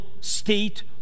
state